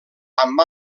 amb